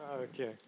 Okay